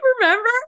remember